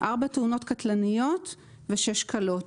4 תאונות קטלניות ו-6 קלות.